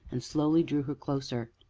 and slowly drew her closer.